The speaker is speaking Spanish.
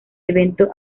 evento